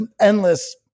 endless